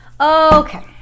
Okay